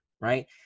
right